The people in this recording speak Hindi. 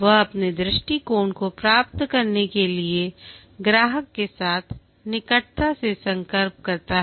वह अपने दृष्टिकोण को प्राप्त करने के लिए ग्राहक के साथ निकटता से संपर्क करता है